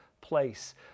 place